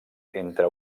entre